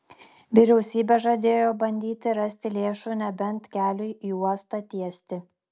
vyriausybė žadėjo bandyti rasti lėšų nebent keliui į uostą tiesti